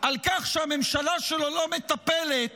על כך שהממשלה שלו לא מטפלת